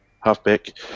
halfback